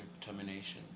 determination